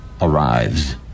arrives